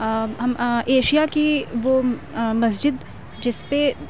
ہم ایشیا کی وہ مسجد جس پہ